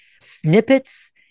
snippets